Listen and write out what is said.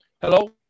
Hello